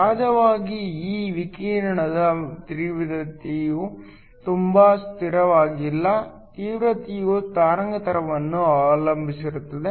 ಸಹಜವಾಗಿ ಈ ವಿಕಿರಣದ ತೀವ್ರತೆಯು ತುಂಬಾ ಸ್ಥಿರವಾಗಿಲ್ಲ ತೀವ್ರತೆಯು ತರಂಗಾಂತರವನ್ನು ಅವಲಂಬಿಸಿರುತ್ತದೆ